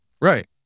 Right